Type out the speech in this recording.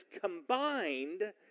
combined